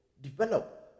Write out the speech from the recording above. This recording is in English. develop